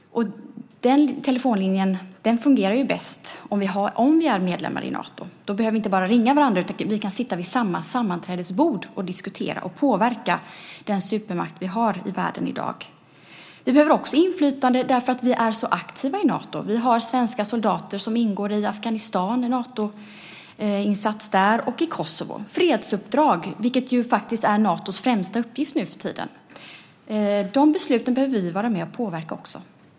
Den telefonlinjen fungerar ju bäst om vi är medlemmar i Nato. Då behöver vi inte bara ringa varandra utan vi kan sitta vid samma sammanträdesbord och diskutera och påverka den supermakt vi har i världen i dag. Vi behöver också inflytande därför att vi är så aktiva i Nato. Svenska soldater ingår i en Natoinsats i Afghanistan och i Kosovo - fredsuppdrag, vilket faktiskt är Natos främsta uppgift nuförtiden. De besluten behöver vi vara med och påverka också.